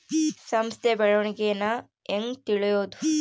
ಸಂಸ್ಥ ಬೆಳವಣಿಗೇನ ಹೆಂಗ್ ತಿಳ್ಯೇದು